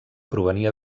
provenia